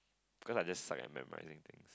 cause I just suck at memorising things